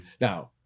Now